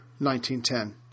1910